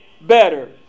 better